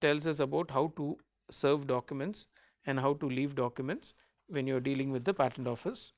tells us about how to serve documents and how to leave documents when you are dealing with the patent office.